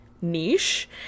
niche